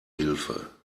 hilfe